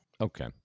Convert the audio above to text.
Okay